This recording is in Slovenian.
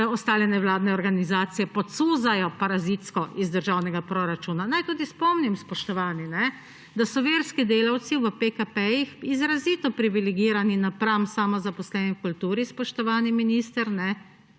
ostale nevladne organizacije pocuzajo parazitsko iz državnega proračuna. Naj tudi spomnim, spoštovani, da so verski delavci v PKP izrazito privilegirani napram samozaposlenim v kulturi spoštovani minister